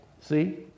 see